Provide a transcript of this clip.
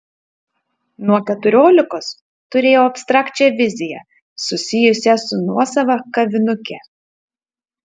nuo keturiolikos turėjau abstrakčią viziją susijusią su nuosava kavinuke